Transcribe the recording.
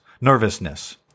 nervousness